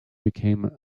became